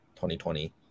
2020